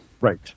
Right